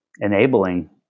enabling